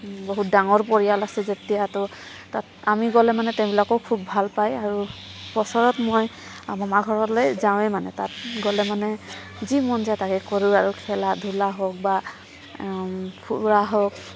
বহুত ডাঙৰ পৰিয়াল আছে যেতিয়া তো তাত আমি গ'লে মানে তেওঁবিলাকেও খুব ভাল পায় আৰু বছৰত মই মামাঘৰলৈ যাওঁৱে মানে তাত গ'লে মানে যি মন যায় তাকে কৰোঁ আৰু খেলা ধূলা হওক বা ফুৰা হওক